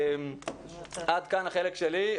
עד כאן החלק שלי.